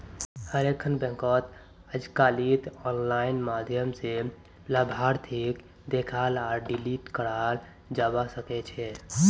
हर एकखन बैंकत अजकालित आनलाइन माध्यम स लाभार्थीक देखाल आर डिलीट कराल जाबा सकेछे